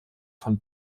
von